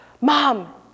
mom